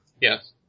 Yes